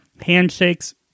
handshakes